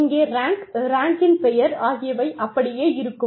இங்கே ரேங்க் ரேங்க்கின் பெயர் ஆகியவை அப்படியே இருக்கும்